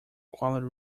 quality